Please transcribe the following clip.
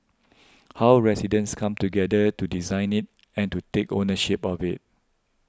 how residents come together to design it and to take ownership of it